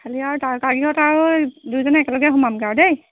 খালি আৰু তাৰকা গৃহত আৰু দুইজনে একেলগে সোমামগৈ আৰু দেই